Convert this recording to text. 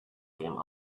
came